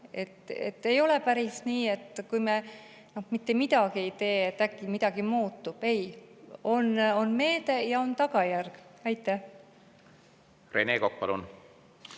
Ei ole päris nii, et kui me mitte midagi ei tee, siis äkki midagi muutub. Ei, on meede ja on tagajärg. Rene Kokk, palun!